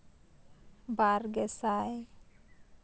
ᱵᱟᱨ ᱜᱮᱥᱟᱭ